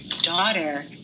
daughter